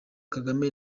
kagame